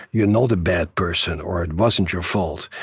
you're not a bad person, or, it wasn't your fault.